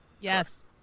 Yes